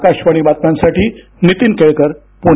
वाकाशवाणी बातम्यांसाठी नीतीन केळकर पुणे